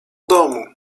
domu